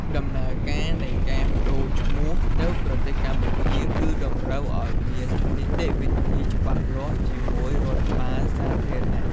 ដំណើរការនៃការប្ដូរឈ្មោះនៅប្រទេសកម្ពុជា គឺតម្រូវឲ្យមាននីតិវិធីច្បាស់លាស់ជាមួយរដ្ឋបាលសាធារណៈ។